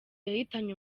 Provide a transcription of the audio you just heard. yahitanye